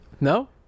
No